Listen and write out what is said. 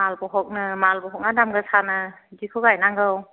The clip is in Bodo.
माल भहगनो माल भहगआ दाम गोसानो बिदिखौ गायनांगौ